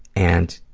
and